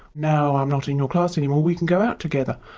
now i'm not in your class anymore we can go out together.